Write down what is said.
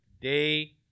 day